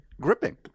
gripping